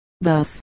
Thus